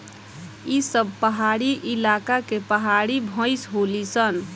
ई सब पहाड़ी इलाका के पहाड़ी भईस होली सन